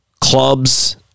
clubs